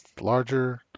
larger